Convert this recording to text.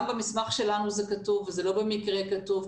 גם במסמך שלנו זה כתוב וזה לא במקרה כתוב,